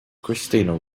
christina